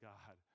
God